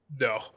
no